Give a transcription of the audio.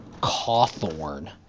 Cawthorn